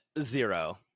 zero